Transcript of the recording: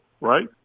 right